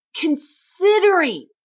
considering